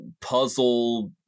puzzle